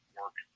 work